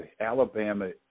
Alabama